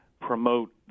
promote